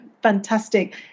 fantastic